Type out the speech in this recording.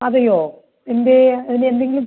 അതെയോ എന്ത് ചെയ്യുകയാ അതിന് എന്തെങ്കിലും